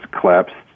collapsed